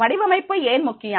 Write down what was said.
வடிவமைப்பு ஏன் முக்கியம்